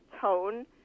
tone